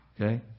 Okay